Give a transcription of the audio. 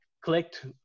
clicked